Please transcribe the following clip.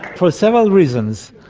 for several reasons.